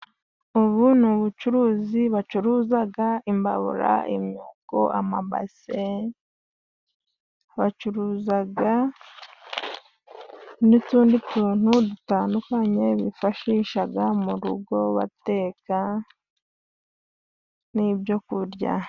Ubu ni ubucuruzi bacuruzaga imbabura ,imyuko, amabase , bacuruzaga n'utundi tuntu dutandukanye bifashishaga mu rugo bateka n'ibyo kurya.